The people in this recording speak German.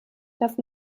darf